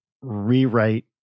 rewrite